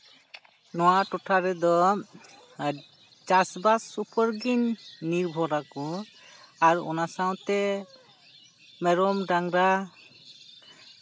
ᱱᱚᱣᱟ ᱴᱚᱴᱷᱟ ᱨᱮᱫᱚ ᱪᱟᱥᱵᱟᱥ ᱩᱯᱚᱨ ᱜᱮ ᱱᱤᱨᱵᱷᱚᱨᱟᱠᱚ ᱟᱨ ᱚᱱᱟ ᱥᱟᱶᱛᱮ ᱢᱮᱨᱚᱢ ᱰᱟᱝᱨᱟ